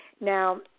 Now